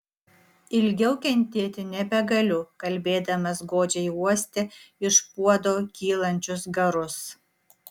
ilgiau kentėti nebegaliu kalbėdamas godžiai uostė iš puodo kylančius garus